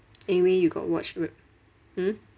eh where you got watch r~ hmm